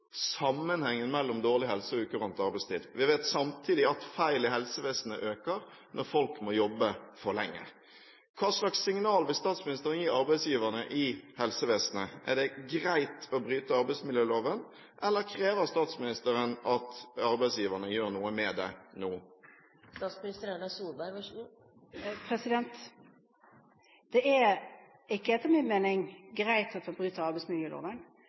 sammenhengen mellom dårlig helse og ukurant arbeidstid. Samtidig vet vi at feil i helsevesenet øker når folk må jobbe for lenge. Hvilket signal vil statsministeren gi arbeidsgiverne i helsevesenet: Er det greit å bryte arbeidsmiljøloven, eller krever statsministeren at arbeidsgiverne gjør noe med det – nå? Det er ikke, etter min mening, greit at man bryter arbeidsmiljøloven,